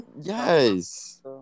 Yes